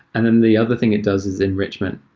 and then the other thing it does is enrichment.